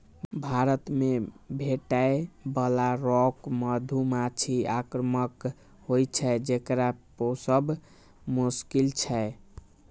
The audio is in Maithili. भारत मे भेटै बला रॉक मधुमाछी आक्रामक होइ छै, जेकरा पोसब मोश्किल छै